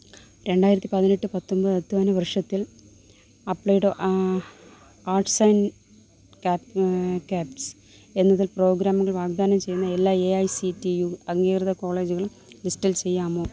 രണ്ടായിരത്തി പതിനെട്ട് പത്തൊൻപത് അദ്ധ്യയന വർഷത്തിൽ അപ്ലൈഡ് ആ ആർട്സ് ആൻഡ് ക്യാപ് ക്യാപ്സ് എന്നതിൽ പ്രോഗ്രാമുകൾ വാഗ്ദാനം ചെയ്യുന്ന എല്ലാ A I C T U അംഗീകൃത കോളേജുകളും ലിസ്റ്റിൽ ചെയ്യാമോ